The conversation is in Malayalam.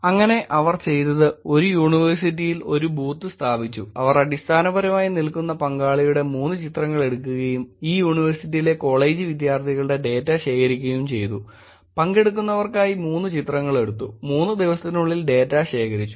അങ്ങനെ അവർ ചെയ്തത് അവർ ഒരു യൂണിവേഴ്സിറ്റിയിൽ ഒരു ബൂത്ത് സ്ഥാപിച്ചു അവർ അടിസ്ഥാനപരമായി നിൽക്കുന്ന പങ്കാളിയുടെ 3 ചിത്രങ്ങൾ എടുക്കുകയും ഈ യൂണിവേഴ്സിറ്റിയിലെ കോളേജ് വിദ്യാർത്ഥി കളുടെ ഡാറ്റ ശേഖരിക്കുകയും ചെയ്തു പങ്കെടുക്കുന്നവർക്കായി 3 ചിത്രങ്ങൾ എടുത്തു 3 ദിവസത്തിനുള്ളിൽ ഡാറ്റ ശേഖരിച്ചു